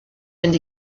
fynd